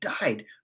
died